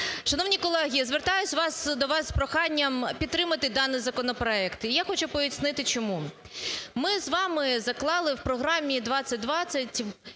Шановні колеги, я звертаюся до вас з проханням підтримати даний законопроект, і я хочу пояснити чому. Ми з вами заклали в програмі-2020